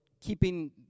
keeping